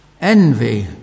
envy